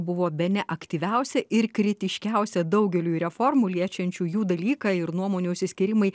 buvo bene aktyviausia ir kritiškiausia daugeliui reformų liečiančių jų dalyką ir nuomonių išsiskyrimai